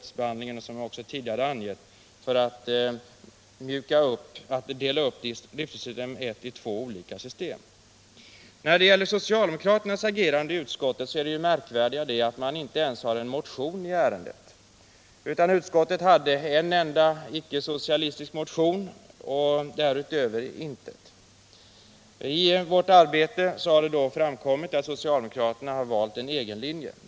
utskottsbehandlingen Jag har tidigare angivit dem — talar för att man skall Fastighetsdataverkdela upp driftsystem 1 i två olika system. samheten När det gäller socialdemokraternas agerande i utskottet är det märkvärdiga att de inte ens har en motion i ärendet. Utskottet har haft att behandla bara en icke-socialistisk motion. I vårt arbete har framkommit att socialdemokraterna valt en egen linje.